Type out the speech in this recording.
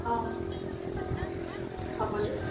অ' হ'ব দিয়ক